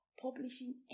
publishing